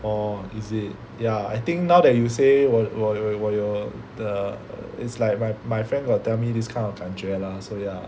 orh is it ya I think now that you say 我我有我有 the it's like my my friend got tell me this kind of 感觉 lah so ya